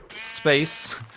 space